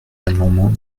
l’amendement